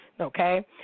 Okay